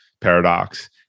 Paradox